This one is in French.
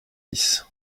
dix